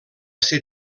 ser